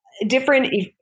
different